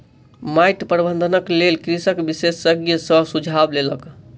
माइट प्रबंधनक लेल कृषक विशेषज्ञ सॅ सुझाव लेलक